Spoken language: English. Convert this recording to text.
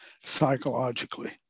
psychologically